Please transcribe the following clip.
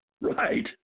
Right